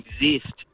exist